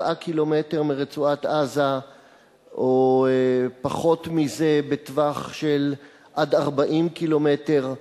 ק"מ מרצועת-עזה או פחות מזה בטווח של עד 40 ק"מ,